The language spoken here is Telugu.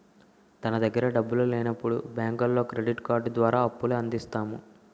తన దగ్గర డబ్బులు లేనప్పుడు బ్యాంకులో క్రెడిట్ కార్డు ద్వారా అప్పుల అందిస్తాయి